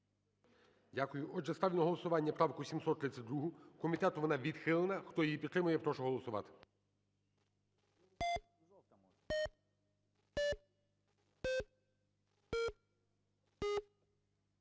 Дякую. ГОЛОВУЮЧИЙ. Ставлю на голосування правку 805. Комітетом вона відхилена. Хто її підтримує, прошу голосувати.